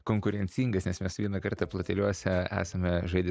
konkurencingas nes mes vieną kartą plateliuose esame žaidę